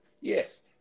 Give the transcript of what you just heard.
yes